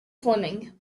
fleming